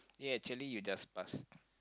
eh actually you just pass